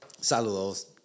Saludos